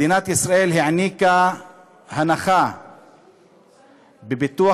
מדינת ישראל העניקה הנחה בביטוח